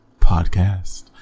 Podcast